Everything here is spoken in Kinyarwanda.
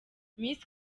miss